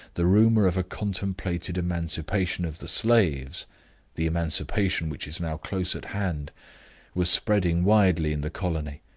the rumor of a contemplated emancipation of the slaves the emancipation which is now close at hand was spreading widely in the colony.